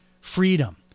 freedom